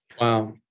Wow